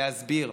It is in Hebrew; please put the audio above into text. להסביר.